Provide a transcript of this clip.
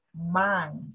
minds